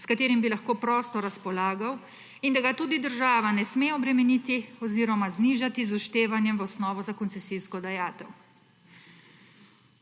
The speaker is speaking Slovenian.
s katerim bi lahko prosto razpolagal, in da ga tudi država ne sme obremeniti oziroma znižati z vštevanjem v osnovo za koncesijsko dajatev.